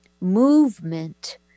movement